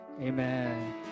Amen